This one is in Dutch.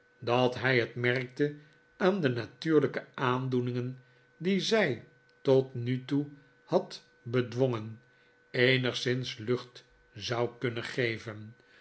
dat hij het merkte aan de natuurlijke aandoeningen die zij tot nu toe had bedwongen eenigszins lucht zou kunnen geven